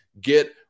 Get